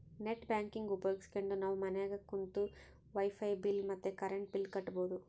net banking ಉಪಯೋಗಿಸ್ಕೆಂಡು ನಾವು ಮನ್ಯಾಗ ಕುಂತು ವೈಫೈ ಬಿಲ್ ಮತ್ತೆ ಕರೆಂಟ್ ಬಿಲ್ ಕಟ್ಬೋದು